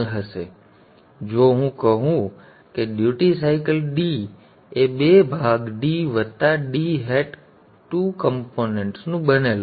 તેથી જો હું કહું કે ડ્યુટી સાયકલ d એ બે ભાગ d વત્તા d હેટ ટુ કમ્પોનન્ટ્સનું બનેલું છે